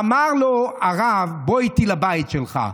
אמר לו הרב: בוא איתי לבית שלך,